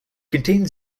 contains